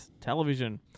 Television